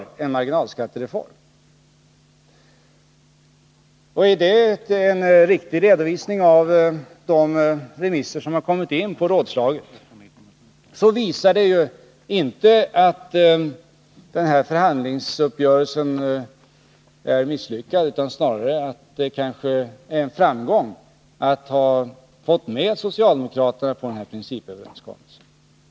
Men om detta är en riktig redovisning av de remisser på rådslagsmaterialet som har kommit in, så visar detta inte att förhandlingsuppgörelsen är misslyckad, utan snarare att det kan ses som en framgång att vi har fått med socialdemokraterna på principöverenskommelsen.